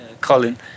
Colin